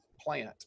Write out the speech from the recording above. plant